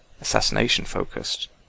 assassination-focused